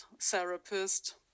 therapist